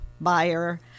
buyer